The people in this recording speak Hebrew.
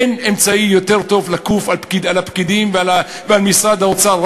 אין אמצעי יותר טוב לכוף על הפקידים ועל משרד האוצר,